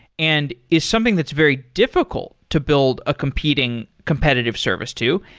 and is something that's very difficult to build a competitive competitive service to.